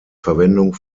verwendung